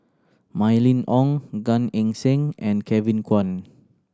Mylene Ong Gan Eng Seng and Kevin Kwan